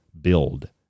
build